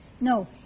No